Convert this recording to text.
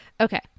Okay